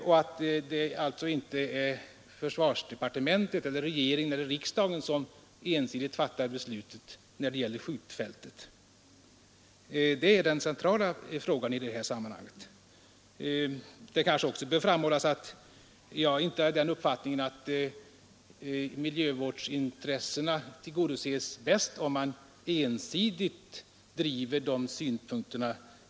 Det skall alltså inte vara försvarsdepartementet, regeringen eller riksdagen som ensidigt fattar beslutet om skjutfältet. Det är den centrala frågan i sammanhanget. Det kanske också bör framhållas att jag inte är av den uppfattningen att miljövårdsintressena bäst tillgodoses om man ensidigt driver dem.